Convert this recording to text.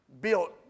Built